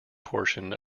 portion